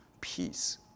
peace